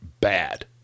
Bad